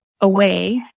away